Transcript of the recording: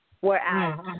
Whereas